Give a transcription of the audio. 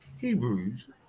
Hebrews